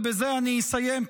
ובזה אני אסיים,